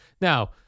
Now